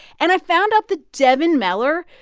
and i found out that devin mellor,